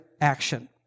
action